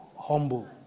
Humble